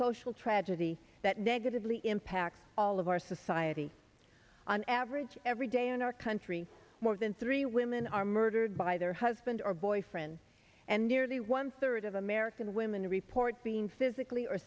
social tragedy that negatively impacts all of our society on average everyday in our country more than three women are murdered by their husband or boyfriend and nearly one third of american women report being physically or